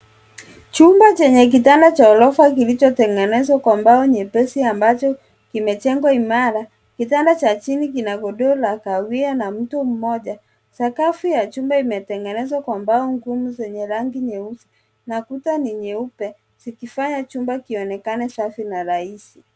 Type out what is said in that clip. Chumba chenye kitanda cha ghorofa kilichotengenezwa kwa mbao nyepesi ambacho kimejengwa imara, kitanda cha chini kina godoro la kahawia na mtu mmoja. Sakafu ya chumba imetengenezwa kwa mbao ngumu zenye rangi nyeupe, na kuta ni nyeupe, zikifanya chumba kionekane safi na rahisi.